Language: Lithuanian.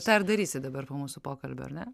tą ir darysi dabar po mūsų pokalbio ar ne